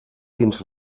dins